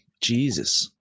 Jesus